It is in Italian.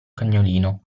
cagnolino